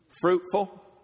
Fruitful